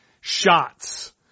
shots